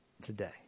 today